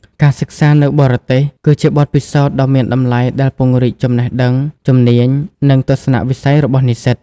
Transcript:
ការសិក្សានៅបរទេស គឺជាបទពិសោធន៍ដ៏មានតម្លៃដែលពង្រីកចំណេះដឹង ជំនាញ និងទស្សនវិស័យរបស់និស្សិត។